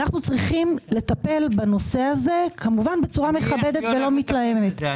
אנחנו צריכים לטפל בנושא הזה כמובן בצורה מכבדת ולא מתלהמת.